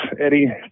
Eddie